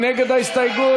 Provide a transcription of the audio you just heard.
מי נגד ההסתייגות?